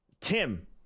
tim